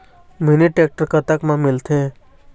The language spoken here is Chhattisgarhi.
मिनी टेक्टर कतक म मिलथे?